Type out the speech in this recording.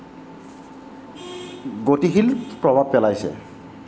গতিশীল প্ৰভাৱ পেলাইছে